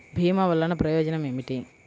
భీమ వల్లన ప్రయోజనం ఏమిటి?